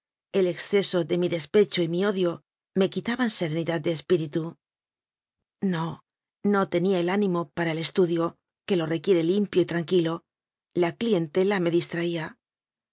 el exceso de mi despecho y mi odio me quitaban serenidad de espíritu no no tenía el ánimo para el estudio que lo requiere limpio y tranquilo la clientela me distraía